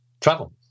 travel